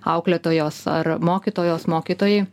auklėtojos ar mokytojos mokytojai